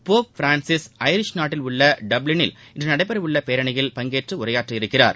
Pope Francis Irish நாட்டில் உள்ள டப்ளினில் இன்று நடைபெற உள்ள பேரணியில் பங்கேற்று உரையாற்ற உள்ளார்